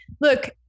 Look